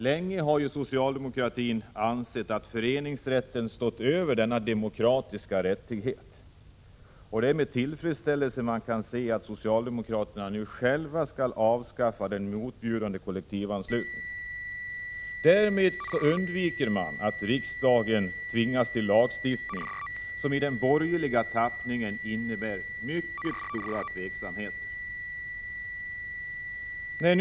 Länge har socialdemokratin ansett att föreningsrätten står över denna demokratiska rättighet. Det är tillfredsställande att socialdemokraterna nu själva skall avskaffa den motbjudande kollektivanslutningen. Därmed undviker man att riksdagen tvingas ta till en lagstiftning, som i den borgerliga tappningen innebär mycket stora tveksamheter.